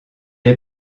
est